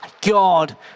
God